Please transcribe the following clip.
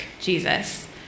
Jesus